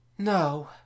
No